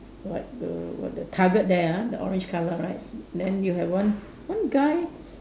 like the what the target there ah the orange colour right s~ then you have one one guy